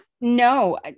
No